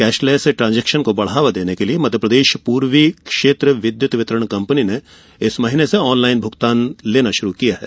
cashless transaction को बढ़ावा देने के लिये मध्यप्रदेश पूर्वी क्षेत्र विद्युत वितरण कंपनी ने इस महीने से ऑनलाईन भुगतान लेना शुरु किया है